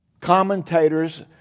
commentators